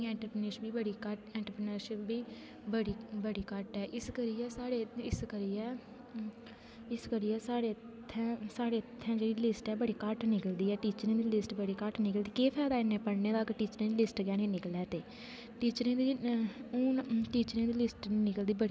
केह् करना फिर साढ़े इत्थै स्किल बिलंडिग हे नी टैक्नाॅलाजी बी बड़ी घट्ट ऐ इस करियै साढ़े इस करियै इस करियै साढ़े इत्थै साढ़े इत्थै जेहड़ी लिस्ट ऐ बड़ी घट्ट निकलदी ऐ टीचरें दी लिस्ट केह् फायदा इन्ने पढ़ने दा अगर टीचरें दी लिस्ट गै नेईं निकले ते टीचरें दी हून टीचरें दी लिस्ट निकलदी बड़ी घट्ट निकलदी बट